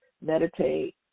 meditate